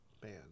band